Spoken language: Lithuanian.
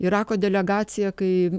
irako delegacija kai